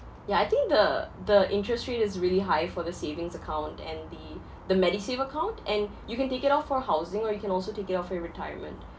ya I think the the interest rate is really high for the savings account and the the MediSave account and you can take it out for housing or you can also take it out for your retirement